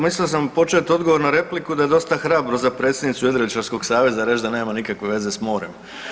Mislio sam početi odgovor na repliku da je dosta hrabro za predsjednicu Jedriličarskog saveza reći da nema nikakve veze sa morem.